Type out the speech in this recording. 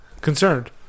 concerned